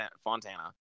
Fontana